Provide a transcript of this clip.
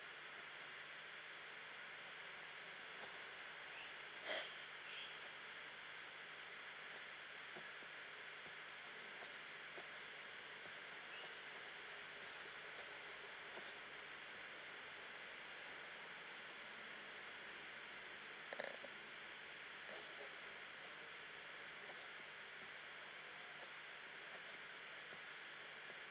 mm